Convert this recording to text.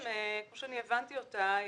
כמו שהבנתי את ההצעה, היא